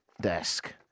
desk